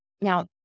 Now